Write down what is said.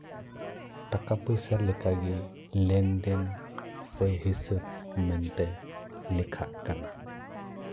ᱴᱟᱠᱟ ᱯᱩᱭᱥᱟᱹ ᱞᱮᱠᱟ ᱜᱮ ᱞᱮᱱᱫᱮᱱ ᱥᱮ ᱦᱤᱥᱟᱹᱵᱽ ᱢᱮᱱᱛᱮ ᱞᱮᱠᱷᱟᱜ ᱠᱟᱱᱟ